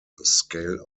scale